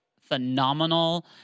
phenomenal